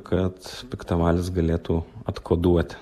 kad piktavalis galėtų atkoduoti